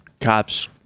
cops